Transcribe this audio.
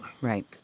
Right